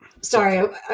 Sorry